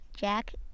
Jack